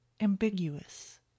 ambiguous